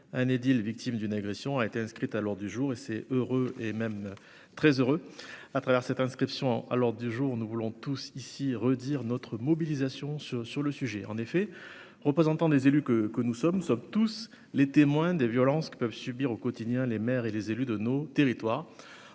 un édile, victime d'une agression a été inscrite à l'heure du jour et c'est heureux, et même très heureux à travers cette inscription à l'Ordre du jour, nous voulons tous ici redire notre mobilisation sur le sujet, en effet, représentants des élus que que nous sommes, nous sommes tous les témoins des violences qui peuvent subir au quotidien, les maires et les élus de nos territoires,